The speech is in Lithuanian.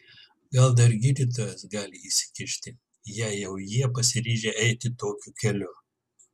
gal dar gydytojas gali įsikišti jei jau jie pasiryžę eiti tokiu keliu